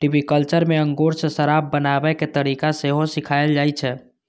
viticulture मे अंगूर सं शराब बनाबै के तरीका सेहो सिखाएल जाइ छै